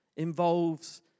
Involves